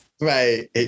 Right